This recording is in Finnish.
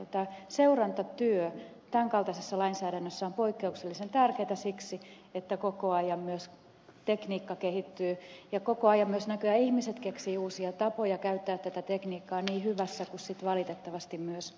tämä seurantatyö tämän kaltaisessa lainsäädännössä on poikkeuksellisen tärkeätä siksi että koko ajan myös tekniikka kehittyy ja koko ajan myös näköjään ihmiset keksivät uusia tapoja käyttää tätä tekniikkaa niin hyvässä kuin sitten valitettavasti myös